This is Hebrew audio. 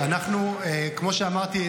כמו שאמרתי,